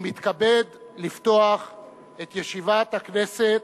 אני מתכבד לפתוח את ישיבת הכנסת,